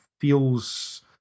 feels